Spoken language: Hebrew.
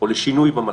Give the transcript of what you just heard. או לשינוי במצב.